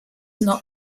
not